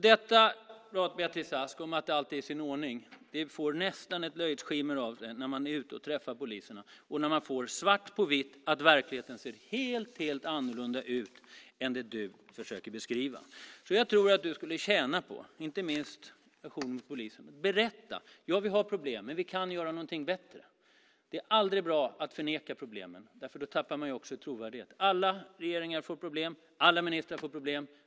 Detta prat, Beatrice Ask, om att allt är i sin ordning får nästan ett löjets skimmer över sig när man är ute och träffar poliserna och får svart på vitt att verkligheten ser helt annorlunda ut än det du försöker beskriva. Jag tror att du skulle tjäna på, inte minst hos poliserna, att berätta: Ja, vi har problem, men vi kan göra någonting bättre. Det är aldrig bra att förneka problemen. Då tappar man trovärdighet. Alla regeringar får problem. Alla ministrar får problem.